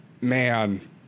man